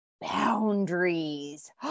boundaries